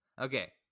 Okay